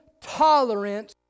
tolerance